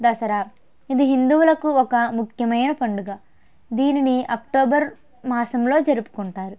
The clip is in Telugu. దసరా ఇది హిందువులకు ఒక ముఖ్యమైన పండుగ దీనిని అక్టోబర్ మాసంలో జరుపుకుంటారు